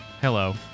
Hello